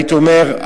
הייתי אומר,